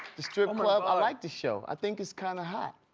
the strip club, i like the show. i think it's kinda hot.